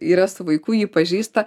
yra su vaiku jį pažįsta